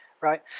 right